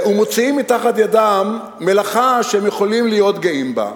ומוציאים מתחת ידם מלאכה שהם יכולים להיות גאים בה.